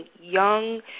young